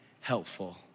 helpful